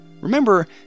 Remember